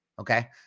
okay